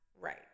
right